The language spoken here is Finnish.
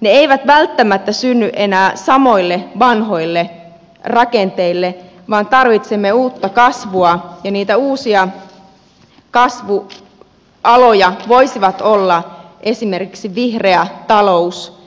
ne eivät välttämättä synny enää samoille vanhoille rakenteille vaan tarvitsemme uutta kasvua ja niitä uusia kasvualoja voisivat olla esimerkiksi vihreä talous